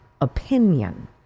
opinion